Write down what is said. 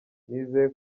nizeye